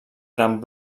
gran